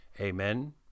Amen